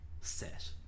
set